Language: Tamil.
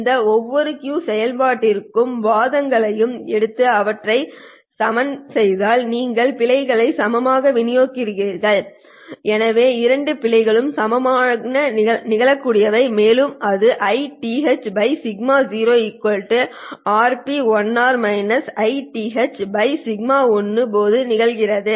இந்த ஒவ்வொரு Q செயல்பாட்டின் வாதங்களையும் எடுத்து அவற்றை சமன் செய்தால் நீங்கள் பிழைகளை சமமாக விநியோகிக்கிறீர்கள் எனவே இரண்டு பிழைகளும் சமமாக நிகழக்கூடியவை மேலும் இது Ith σ0 σ1 போது நிகழ்கிறது